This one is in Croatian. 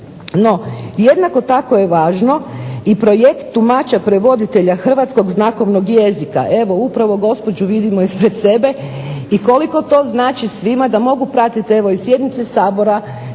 No, jednako tako je i važno i projekt tumača prevoditelja hrvatskog znakovnog jezika. Evo upravo gospođu vidimo ispred sebe i koliko to znači da mogu pratiti evo i sjednice Sabora